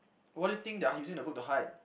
what do you think they are using the boot to hide